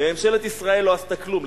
וממשלת ישראל לא עשתה כלום.